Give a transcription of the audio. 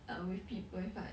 err with peo~ wi-fi